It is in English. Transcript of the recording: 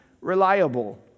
reliable